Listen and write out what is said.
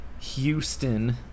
Houston